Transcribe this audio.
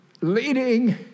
leading